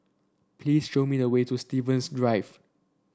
please show me the way to Stevens Drive